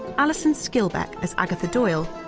alison skilbeck as agatha doyle,